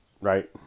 right